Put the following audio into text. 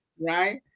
right